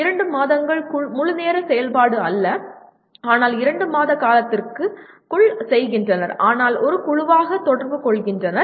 2 மாதங்கள் முழுநேர செயல்பாடு அல்ல ஆனால் 2 மாத காலத்திற்குள் செய்கின்றனர் ஆனால் ஒரு குழுவாக தொடர்பு கொள்கின்றனர்